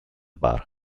bar